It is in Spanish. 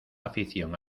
afición